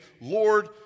Lord